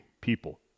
people